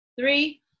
Three